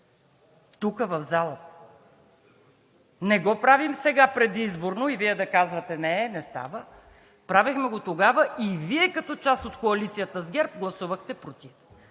тук, в залата. Не го правим сега предизборно и Вие да казвате: „Не, не става“, правехме го тогава и Вие като част от коалицията с ГЕРБ гласувахте „против“.